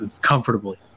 comfortably